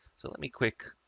so let me quick,